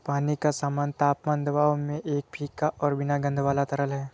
पानी का सामान्य तापमान दबाव में एक फीका और बिना गंध वाला तरल है